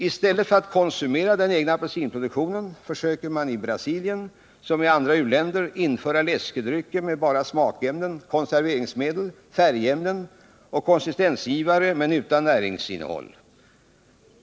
I stället för att konsumera den egna apelsinproduktionen försöker man i Brasilien, som i andra u-länder, införa läskedrycker med bara smakämnen, konserveringsmedel, färgämnen och konsistensgivare, men utan näringsinnehåll.